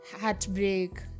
heartbreak